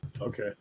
Okay